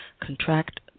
Contract